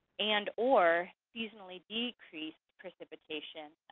and or seasonally decreased precipitation,